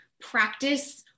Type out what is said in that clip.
practice